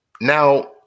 Now